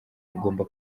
ugomba